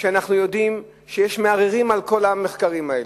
במיוחד כשאנחנו יודעים שיש מערערים עליהם,